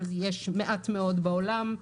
אבל יש מעט מאוד בעולם.